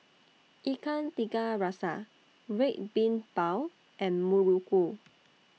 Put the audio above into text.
Ikan Tiga Rasa Red Bean Bao and Muruku